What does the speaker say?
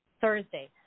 Thursday